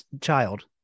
child